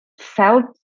felt